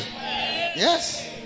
yes